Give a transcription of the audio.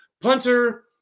Punter